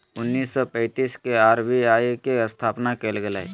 उन्नीस सौ पैंतीस के आर.बी.आई के स्थापना कइल गेलय